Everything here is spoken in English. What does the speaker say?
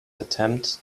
attempt